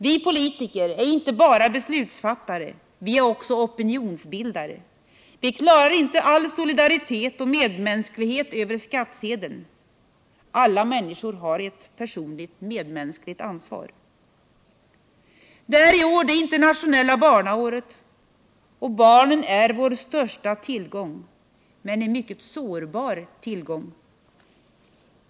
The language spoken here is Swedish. Vi politiker är inte bara beslutsfattare, vi är också opinionsbildare. Vi klarar inte all solidaritet och medmänsklighet över skattsedeln. Alla människor har ett personligt medmänskligt ansvar. Det är i år det internationella barnaåret. Barnen är vår största tillgång, men de är en mycket sårbar tillgång.